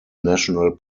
national